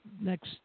next